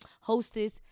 hostess